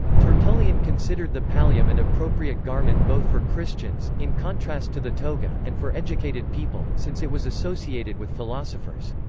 tertullian considered the pallium an and appropriate garment both for christians, in contrast to the toga, and for educated people, since it was associated with philosophers.